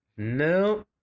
no